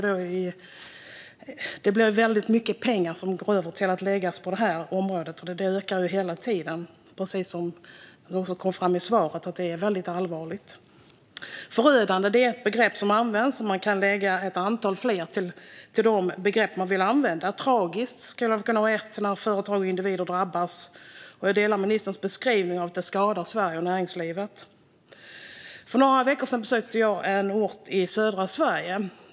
Det blir väldigt mycket pengar som går till att läggas på detta område, för det ökar hela tiden. Det kom också fram i svaret att det är allvarligt. Ett begrepp som används är "förödande". Man kan lägga fler begrepp till det som man vill använda. Ett skulle kunna vara "tragiskt" när företag och individer drabbas. Jag instämmer i ministerns beskrivning att det skadar Sverige och näringslivet. För några veckor sedan besökte jag en ort i södra Sverige.